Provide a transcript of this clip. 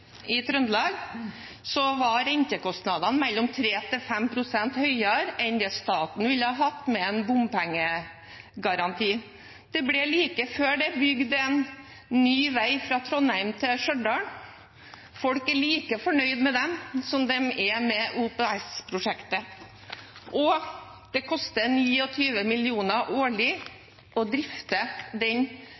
Trøndelag var rentekostnadene mellom 3 og 5 pst. høyere enn staten ville hatt med en bompengegaranti. Like før ble det bygd en ny vei fra Trondheim til Stjørdal. Folk er like fornøyd med den som de er med OPS-prosjektet. Det koster 29 mill. kr årlig å drifte den